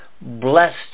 blessed